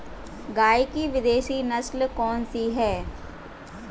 गाय की विदेशी नस्ल कौन सी है?